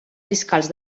fiscals